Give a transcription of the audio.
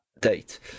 date